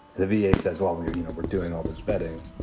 the v a. says while we are, you know, we're doing all this vetting.